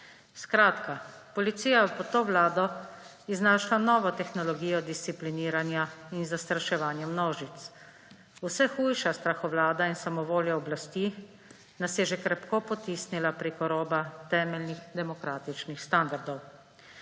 Skratka, policija pod to vlado je iznašla novo tehnologijo discipliniranja in zastraševanja množic. Vse hujša strahovlada in samovolja oblasti nas je že krepko potisnila preko roba temeljnih demokratičnih standardov.